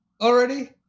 already